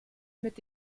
mit